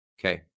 Okay